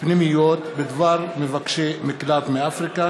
פנימיות בדבר מבקשי מקלט מאפריקה.